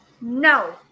No